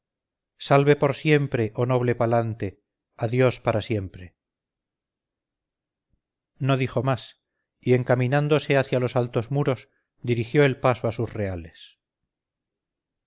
salve por siempre oh noble palante adiós para siempre no dijo más y encaminándose hacia los altos muros dirigió el paso a sus reales